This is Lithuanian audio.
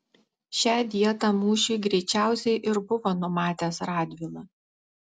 šią vietą mūšiui greičiausiai ir buvo numatęs radvila